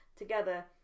together